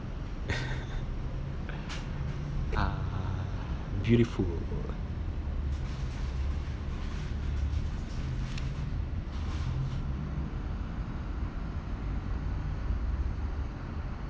uh beautiful